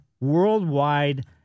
worldwide